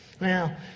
Now